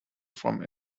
from